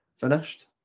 finished